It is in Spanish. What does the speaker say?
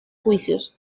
juicios